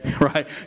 right